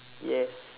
yes